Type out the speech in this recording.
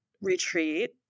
retreat